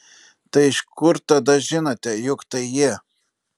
tai iš kur tada žinote jog tai jie